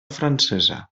francesa